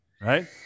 right